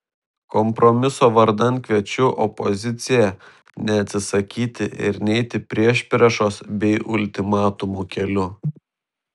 kompromiso vardan kviečiu opoziciją neatsisakyti ir neiti priešpriešos bei ultimatumų keliu